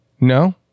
No